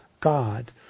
God